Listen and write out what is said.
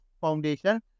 foundation